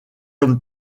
comme